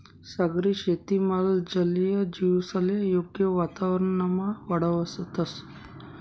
सागरी शेतीमा जलीय जीवसले योग्य वातावरणमा वाढावतंस